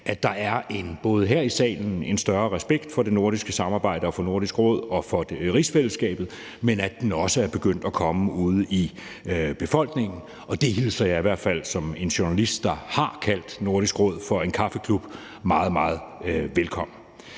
at der her i salen er en større respekt for det nordiske samarbejde, for Nordisk Råd og for rigsfællesskabet, men at den også er begyndt at komme ude i befolkningen. Det hilser jeg som en journalist, der har kaldt Nordisk Råd for en kaffeklub, i hvert fald meget, meget velkommen.